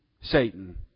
Satan